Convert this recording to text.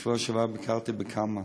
בשבוע שעבר ביקרתי בכמה.